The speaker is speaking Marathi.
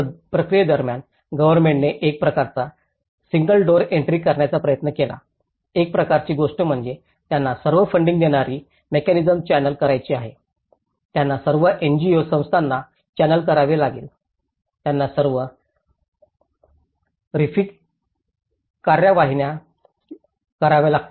आणि या प्रक्रियेदरम्यान गव्हर्नमेंटने एक प्रकारचा सिंगल डोर एन्ट्री करण्याचा प्रयत्न केला एक प्रकारची गोष्ट म्हणजे त्यांना सर्व फंडिंग देणारी मेकॅनिसम्स चॅनेल करायची आहे त्यांना सर्व एनजीओ संस्थांना चॅनेल करावे लागेल त्यांना सर्व रिलीफकार्या वाहिन्या कराव्या लागतील